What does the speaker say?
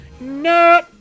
No